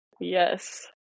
Yes